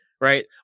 right